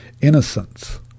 Innocence